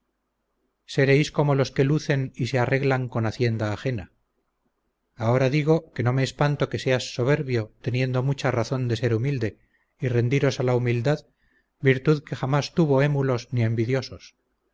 seréis como los que lucen y se arreglan con hacienda ajena ahora digo que no me espanto que seas soberbio teniendo mucha razón de ser humilde y rendiros a la humildad virtud que jamas tuvo émulos ni envidiosos